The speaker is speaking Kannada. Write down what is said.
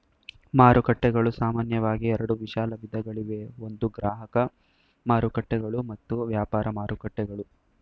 ಮಾರುಕಟ್ಟೆಗಳು ಸಾಮಾನ್ಯವಾಗಿ ಎರಡು ವಿಶಾಲ ವಿಧಗಳಿವೆ ಒಂದು ಗ್ರಾಹಕ ಮಾರುಕಟ್ಟೆಗಳು ಮತ್ತು ವ್ಯಾಪಾರ ಮಾರುಕಟ್ಟೆಗಳು